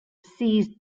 seized